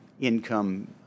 income